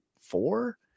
four